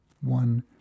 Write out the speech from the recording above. one